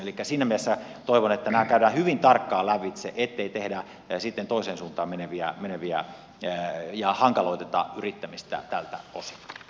elikkä siinä mielessä toivon että nämä käydään hyvin tarkkaan lävitse ettei tehdä sitten toiseen suuntaan meneviä johtopäätöksiä ja hankaloiteta yrittämistä tältä osin